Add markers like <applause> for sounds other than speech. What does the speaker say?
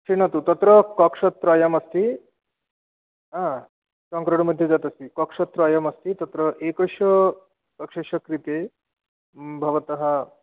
शृणोतु तत्र कक्षत्रयमस्ति <unintelligible> कक्षत्रयमस्ति तत्र एकस्य कक्षस्य कृते भवतः